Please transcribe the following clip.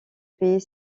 payer